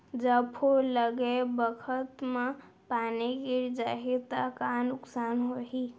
जब फूल लगे बखत म पानी गिर जाही त का नुकसान होगी?